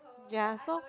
ya so